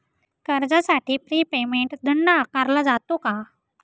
कर्जासाठी pre payment दंड आकारला जातो का?